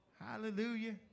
hallelujah